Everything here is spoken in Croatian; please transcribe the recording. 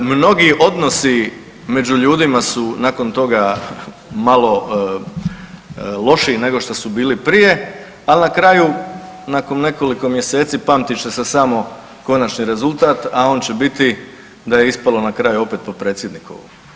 Mnogi odnosi među ljudima su nakon toga malo lošiji nego što su bili prije, ali na kraju nakon nekoliko mjeseci pamtit će se samo konačni rezultat, a on će biti da je ispalo na kraju opet po predsjedniku.